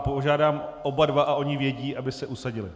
Požádám oba dva, a oni vědí, aby se usadili.